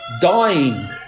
dying